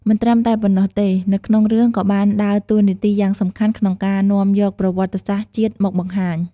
មិនត្រឹមតែប៉ុណ្ណោះទេ នៅក្នុងរឿងក៏បានដើរតួរនាទីយ៉ាងសំខាន់ក្នុងការនាំយកប្រវត្តិសាស្ត្រជាតិមកបង្ហាញ ។